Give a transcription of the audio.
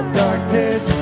darkness